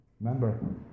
Remember